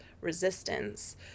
resistance